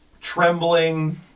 trembling